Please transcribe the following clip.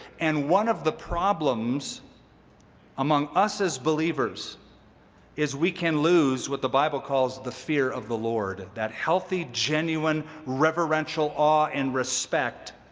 and one of the problems among us as believers is we can lose what the bible calls the fear of the lord, that healthy, genuine, reverential awe and respect.